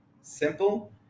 simple